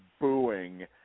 booing